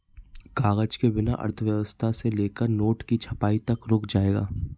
कागज के बिना अर्थव्यवस्था से लेकर नोट की छपाई तक रुक जाएगा